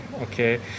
okay